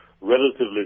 relatively